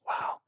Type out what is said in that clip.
Wow